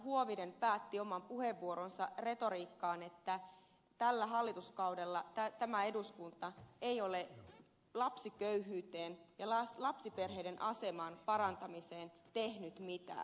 huovinen päätti oman puheenvuoronsa retoriikkaan että tällä hallituskaudella tämä eduskunta ei ole lapsiköyhyyden ja lapsiperheiden aseman parantamiseksi tehnyt mitään